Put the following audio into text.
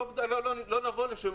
לא נבוא.